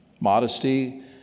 Modesty